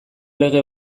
lege